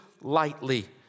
lightly